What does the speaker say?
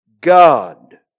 God